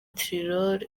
tirol